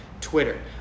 Twitter